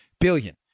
billion